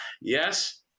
yes